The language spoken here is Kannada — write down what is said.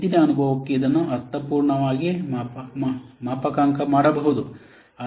ಹಿಂದಿನ ಅನುಭವಕ್ಕೆ ಇದನ್ನು ಅರ್ಥಪೂರ್ಣವಾಗಿ ಮಾಪನಾಂಕ ಮಾಡಬಹುದು